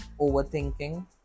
overthinking